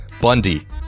Bundy